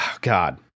God